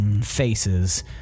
faces